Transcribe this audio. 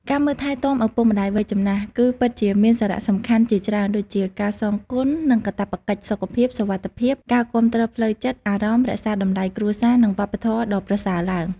ការមើលថែទាំឪពុកម្ដាយវ័យចំណាស់គឺពិតជាមានសារៈសំខាន់ជាច្រើនដូច ការសងគុណ និងកាតព្វកិច្ច សុខភាព សុវត្ថិភាព ការគាំទ្រផ្លូវចិត្ត អារម្មណ៍ រក្សាតម្លៃគ្រួសារ និងវប្បធម៌ដ៏ប្រសើរឡើង។